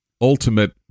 ultimate